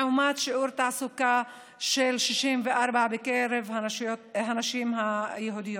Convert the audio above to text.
לעומת שיעור תעסוקה של 64% בקרב הנשים היהודיות.